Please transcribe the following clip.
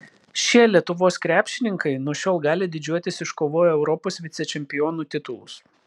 šie lietuvos krepšininkai nuo šiol gali didžiuotis iškovoję europos vicečempionų titulus